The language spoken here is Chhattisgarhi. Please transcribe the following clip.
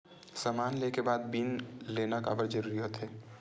समान ले के बाद बिल लेना काबर जरूरी होथे?